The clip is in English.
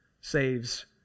saves